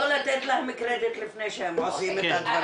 לא לתת להם קרדיט לפני שהם עושים את הדברים.